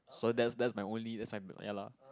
so that's that's my only that's my ya lah